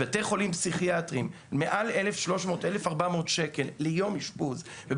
בבתי חולים פסיכיאטריים, 1,400 שקל ליום אשפוז.